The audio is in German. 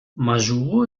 majuro